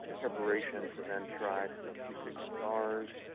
preparation to then try some acoustic guitars